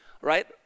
right